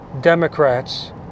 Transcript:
Democrats